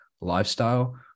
lifestyle